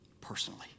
personally